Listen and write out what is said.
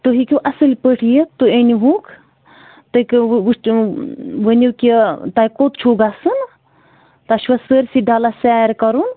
تُہۍ ہیٚکِو اَصٕل پٲٹھۍ یِتھ تُہۍ أنۍ ہُکھ تُہۍ ؤنِو کہِ تۄہہِ کوٚت چھُو گژھُن تۄہہِ چھُوا سٲرسٕے ڈَلَس سیر کَرُن